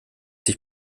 sich